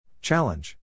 Challenge